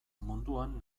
munduan